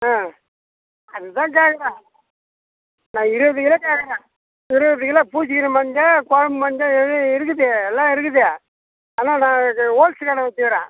ஆ அதுக்கு தான் கேக்கிறேன் நான் இருபது கிலோ கேக்கிறேன் இருபது கிலோ பூசிக்கிற மஞ்ச குழம்பு மஞ்சள் எது இருக்குது எல்லாம் இருக்குது ஆனால் நான் இது ஹோல்ஸ் கடை வெச்சிருக்கிறேன்